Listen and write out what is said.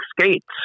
skates